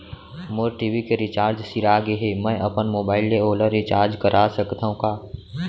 मोर TV के recharge सिरा गे हे, मैं अपन मोबाइल ले ओला रिचार्ज करा सकथव का?